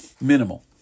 minimal